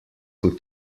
who